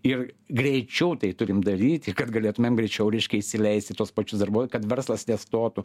ir greičiau tai turim daryti kad galėtumėm greičiau reikšia įleisti tuos pačius darbuot kad verslas nestotų